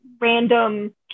random